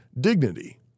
dignity